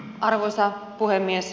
arvoisa puhemies